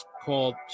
called